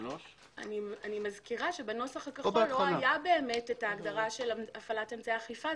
אני מזכירה שבנוסח הכחול לא היתה הגדרת הפעלת אמצעי אכיפה.